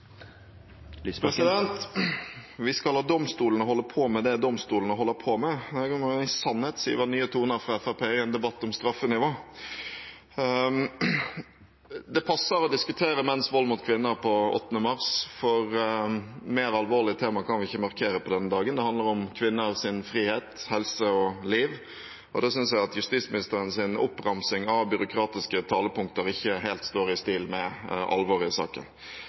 Vi skal la domstolene holde på med det domstolene holder på med – jeg må i sannhet si at det var nye toner fra Fremskrittspartiet i en debatt om straffenivå. Det passer å diskutere menns vold mot kvinner på 8. mars, for et mer alvorlig tema kan vi ikke markere på denne dagen. Det handler om kvinners frihet, helse og liv. Da synes jeg at justisministerens oppramsing av byråkratiske talepunkter ikke helt står i stil med alvoret i saken.